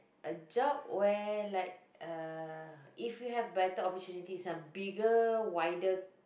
a job where like uh if you have better opportunities it's a bigger wider